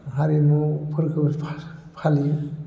हारिमुफोरखौ फालियो